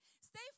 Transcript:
Stay